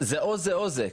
או זה או זה.